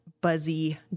buzzy